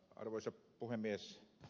arvoisa puhemies